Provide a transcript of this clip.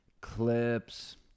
clips